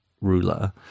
ruler